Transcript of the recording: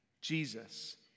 Jesus